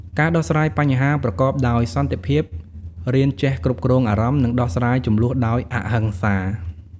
ការដោះស្រាយបញ្ហាប្រកបដោយសន្តិភាព រៀនចេះគ្រប់គ្រងអារម្មណ៍ និងដោះស្រាយជម្លោះដោយអហិង្សា។